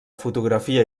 fotografia